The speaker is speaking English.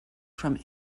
from